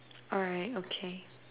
alright okay